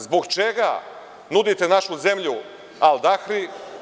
Zbog čega nudite našu zemlju Al Dahri.